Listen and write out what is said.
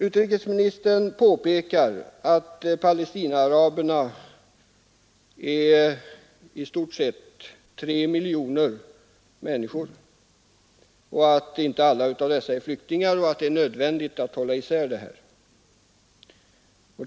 Utrikesministern påpekar att Palestinaaraberna är i stort sett 3 miljoner till antalet, att inte alla av dessa är flyktingar och att det är nödvändigt att hålla isär begreppen.